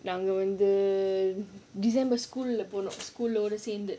november december school போனோம்:ponom school leh சேர்ந்து:sernthu